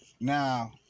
Now